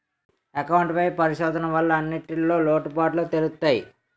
account పై పరిశోధన వల్ల అన్నింటిన్లో లోటుపాటులు తెలుత్తయి